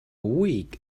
week